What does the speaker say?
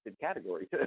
category